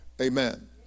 Amen